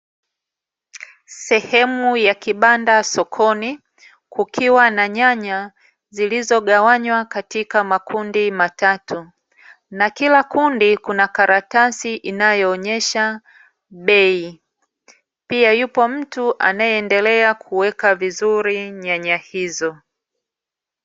Sehemu ya kibanda sokoni, kukiwa na nyanya zilizogawanywa katika makundi matatu, na kila kundi kuna karatasi inayoonyesha bei, pia yupo mtu anayeendelea kuweka vizuri nyanya hizo.